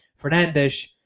Fernandes